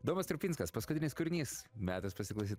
domas strupinskas paskutinis kūrinys metas pasiklausyt